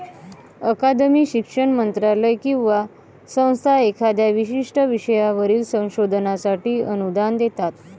अकादमी, शिक्षण मंत्रालय किंवा संस्था एखाद्या विशिष्ट विषयावरील संशोधनासाठी अनुदान देतात